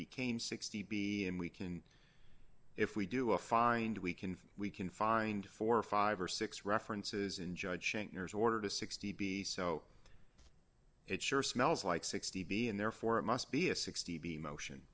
became sixty b and we can if we do a find we can we can find four or five or six references in judging others order to sixty be so it sure smells like sixty b and therefore it must be a sixty b motion